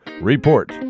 Report